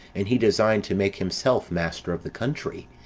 and he designed to make himself master of the country,